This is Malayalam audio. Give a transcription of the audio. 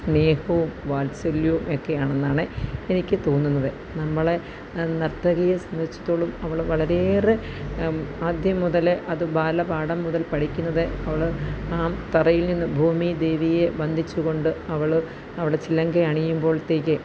സ്നേഹവും വാത്സല്യവും ഒക്കെ ആണെന്നാണ് എനിക്കു തോന്നുന്നത് നമ്മളെ നര്ത്തകിയെ സംബന്ധിച്ചിടത്തോളം അവൾ വളരെയേറെ ആദ്യം മുതലേ അതു ബാലപാഠം മുതല് പഠിക്കുന്നത് അവൾ തറയില് നിന്നും ഭൂമിദേവിയെ വന്ദിച്ചു കൊണ്ട് അവൾ അവിടെ ചിലങ്ക അണിയുമ്പോഴത്തേക്ക്